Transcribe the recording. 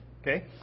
Okay